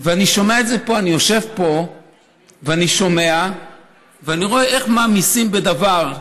אני יושב פה ואני שומע ואני רואה איך מעמיסים בדבר,